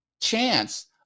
chance